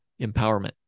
empowerment